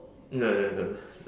no no no no